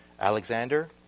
Alexander